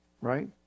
Right